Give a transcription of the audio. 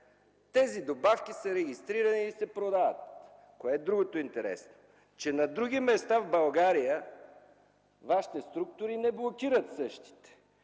тези добавки са регистрирани и се продават. Кое е другото интересно? То е, че на други места в България Вашите структури не блокират същите.